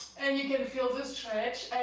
and you can feel the stretch.